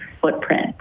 footprint